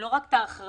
לא רק את האחריות.